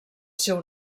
seu